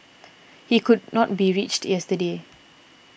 he could not be reached yesterday